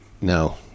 No